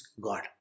God